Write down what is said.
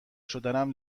شدنم